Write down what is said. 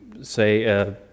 say